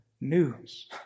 news